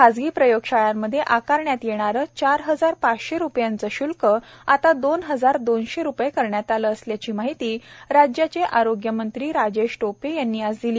खासगी प्रयोगशाळांमधे आकारण्यात येणारं चार हजार पाचशे रुपयांचं शूल्क आता दोन हजार दोनशे रुपये करण्यात आलं असल्याची माहिती राज्याचे आरोग्य मंत्री राजेश टोपे यांनी आज दिली